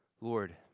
lord